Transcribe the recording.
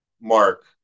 mark